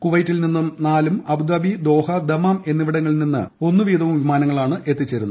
കുവൈത്തിൽ നിന്ന് നാലും അബുദാബി ദോഹ ദമാം എന്നിവിടങ്ങളിൽ നിന്ന് ഒന്ന് വീതവും വിമാനങ്ങൾ എത്തിച്ചേരും